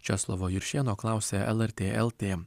česlovo juršėno klausė lrt lt